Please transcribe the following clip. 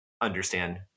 understand